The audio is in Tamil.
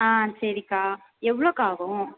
ஆ சரிக்கா எவ்வளோக்கா ஆகும்